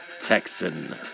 Texan